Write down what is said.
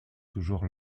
toujours